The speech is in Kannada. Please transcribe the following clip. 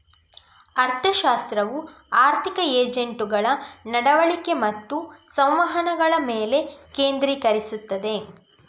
ಅರ್ಥಶಾಸ್ತ್ರವು ಆರ್ಥಿಕ ಏಜೆಂಟುಗಳ ನಡವಳಿಕೆ ಮತ್ತು ಸಂವಹನಗಳ ಮೇಲೆ ಕೇಂದ್ರೀಕರಿಸುತ್ತದೆ